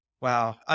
Wow